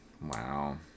Wow